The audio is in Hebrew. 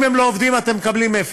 אם הם לא עובדים, אתם מקבלים אפס.